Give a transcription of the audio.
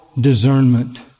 discernment